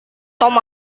tom